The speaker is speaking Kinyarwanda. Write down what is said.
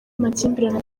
amakimbirane